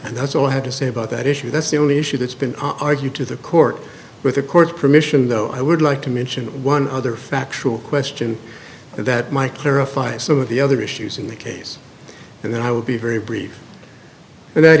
and that's all i have to say about that issue that's the only issue that's been argued to the court with the court's permission though i would like to mention one other factual question that my clarify some of the other issues in the case and then i will be very brief and that